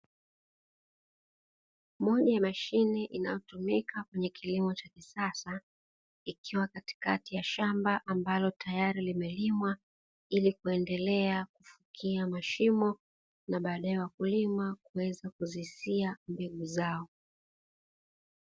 Moja ya mashine unayotumika kwenye kilimo cha kisasa, ikiwa katikati ya shamba ambalo tayari limelimwa ili kuendelea kufukia mashimo, badae wakulima kuweza kuzisia mbegu zao.